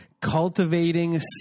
Cultivating